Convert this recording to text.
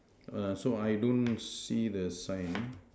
err so I don't see the sign